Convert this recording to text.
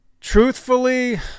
Truthfully